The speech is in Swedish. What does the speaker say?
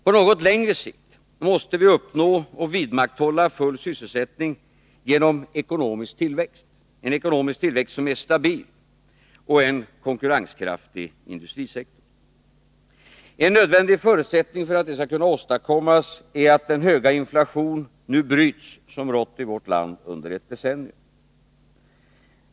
På något längre sikt måste vi uppnå och vidmakthålla full sysselsättning genom en stabil ekonomisk tillväxt och en konkurrenskraftig industrisektor. En nödvändig förutsättning för att det skall kunna åstadkommas är att den höga inflation som rått i vårt land under ett decennium nu bryts.